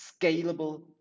scalable